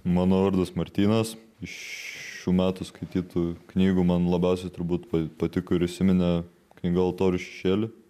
mano vardas martynas iš šių metų skaitytų knygų man labiausiai turbūt pa patiko ir įsiminė knyga altorių šešėly